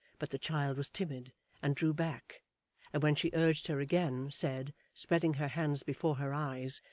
but the child was timid and drew back and when she urged her again, said, spreading her hands before her eyes,